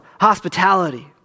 hospitality